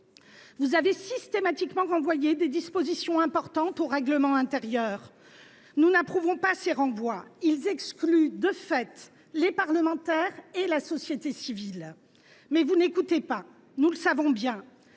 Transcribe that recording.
Vous avez systématiquement renvoyé des dispositions importantes au règlement intérieur. Nous n’approuvons pas ces renvois, qui excluent de fait les parlementaires et la société civile. Mais vous n’écoutez pas, nous le savons bien.